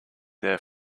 their